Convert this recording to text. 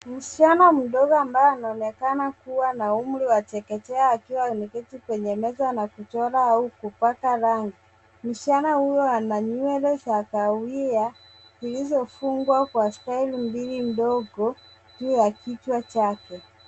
Msichana mdogo ambaye anaonekana kuwa na umri wa chekechea, akiwa ameketi kwenye meza na kuchora au kupaka rangi. Msichana huyo ana nywele za kahawia, zilizofungwa kwa style mbili ndogo, juu ya kichwa chake.